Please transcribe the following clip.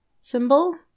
symbol-